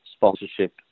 Sponsorship